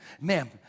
ma'am